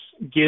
give